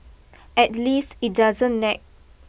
at least it doesn't nag